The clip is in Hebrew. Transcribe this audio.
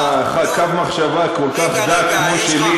קו מחשבה כל כך דק כמו שלי,